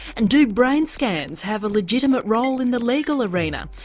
and do brain scans have a legitimate role in the legal arena?